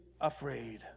afraid